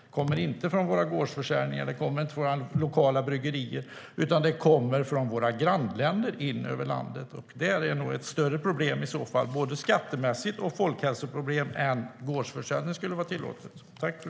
Den kommer sig inte av gårdsförsäljning eller inköp från lokala bryggerier. I stället kommer alkoholen in från våra grannländer. Det är nog ett större problem både skattemässigt och för folkhälsan än om gårdsförsäljning vore tillåten.